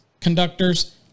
conductors